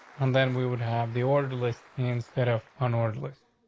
and then we would have the order list instead of an order list.